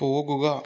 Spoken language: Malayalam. പോകുക